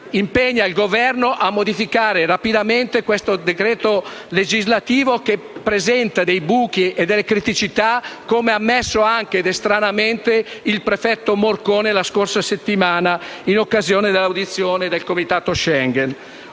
impegna il Governo a modificare rapidamente questo decreto legislativo, che presenta buchi e criticità, come ha ammesso anche, stranamente, il prefetto Morcone la scorsa settimana in occasione dell'audizione del Comitato Schengen.